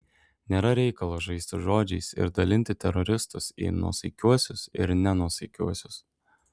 nėra reikalo žaisti žodžiais ir dalinti teroristus į nuosaikiuosius ir nenuosaikiuosius